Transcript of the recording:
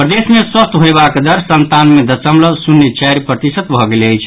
प्रदेश मे स्वस्थ होयवाक दर संतानवे दशमलव शुन्य चारि प्रतिशत भऽ गेल अछि